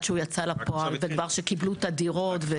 שהוא יצא לפועל וכבר שקיבלו את הדירות?